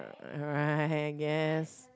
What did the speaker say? uh all right I guess